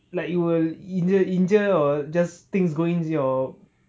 like you will either injure or just things going your